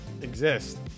exist